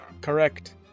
Correct